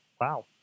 Wow